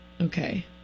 Okay